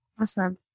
Awesome